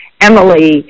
Emily